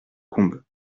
combes